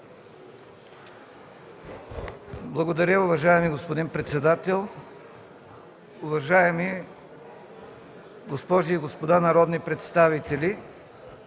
Благодаря, уважаеми господин председател. Уважаеми госпожи и господа народни представители,